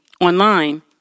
online